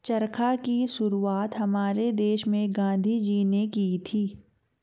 चरखा की शुरुआत हमारे देश में गांधी जी ने की थी